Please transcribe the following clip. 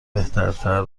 بهترتر